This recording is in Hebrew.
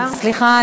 סליחה.